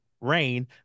rain